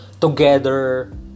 Together